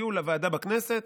הגיעו לוועדה בכנסת,